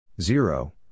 Zero